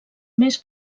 més